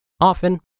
Often